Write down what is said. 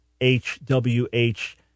H-W-H